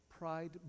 Pride